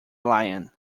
lion